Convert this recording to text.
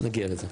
נגיע לזה.